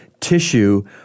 tissue